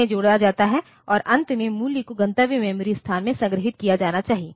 उन्हें जोड़ा जाता है और अंत में मूल्य को गंतव्य मेमोरी स्थान में संग्रहीत किया जाना चाहिए